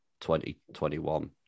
2021